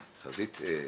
חזיתות.